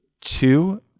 two